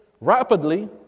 rapidly